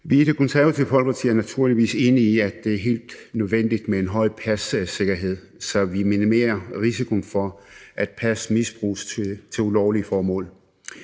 er i Det Konservative Folkeparti naturligvis enige i, at det er helt nødvendigt med en høj passikkerhed, så vi minimerer risikoen for, at pas misbruges til ulovlige formål.